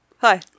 Hi